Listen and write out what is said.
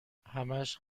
همش